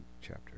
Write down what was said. chapter